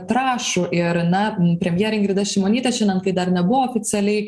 trąšų ir na premjerė ingrida šimonytė šiandien kai dar nebuvo oficialiai